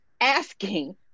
asking